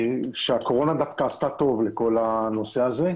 שהקורונה דווקא עשתה טוב לכל הנושא הזה.